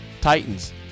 Titans